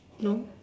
no